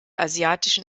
asiatischen